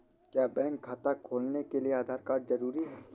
क्या बैंक खाता खोलने के लिए आधार कार्ड जरूरी है?